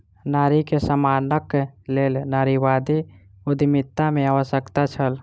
नारी के सम्मानक लेल नारीवादी उद्यमिता के आवश्यकता छल